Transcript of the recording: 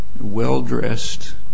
well-dressed